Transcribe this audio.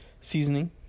seasoning